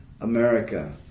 America